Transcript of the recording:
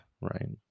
right